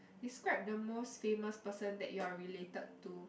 describe the most famous person that you are related to